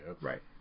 Right